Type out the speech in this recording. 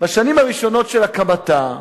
בשנים הראשונות להקמתה,